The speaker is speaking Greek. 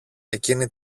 εκείνη